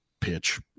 pitch